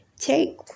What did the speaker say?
take